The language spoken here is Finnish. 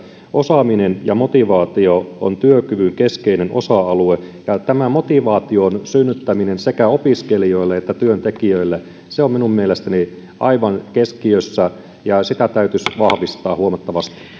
osaaminen ja motivaatio on työkyvyn keskeinen osa alue tämä motivaation synnyttäminen sekä opiskelijoille että työntekijöille on minun mielestäni aivan keskiössä ja sitä täytyisi vahvistaa huomattavasti